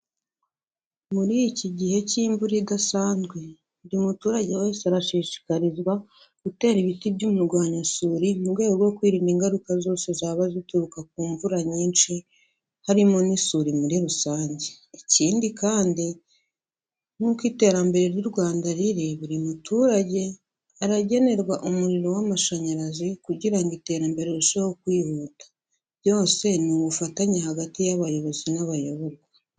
Muri iki gihe cy'imvura idasanzwe buri muturage wese arashishikarizwa gutera ibiti by'umurwanyasuri mu rwego rwo kwirinda ingaruka zose zaba zituruka ku mvura nyinshi harimo n'isuri muri rusange. Ikindi kandi nk'uko iterambere ry'u Rwanda riri buri muturage aragenerwa umuriro w'amashanyarazi kugira ngo iterambere rirusheho kwihuta byose ni ubufatanye hagati y'abayobozi n'abayoborwa.